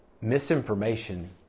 Misinformation